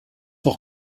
auch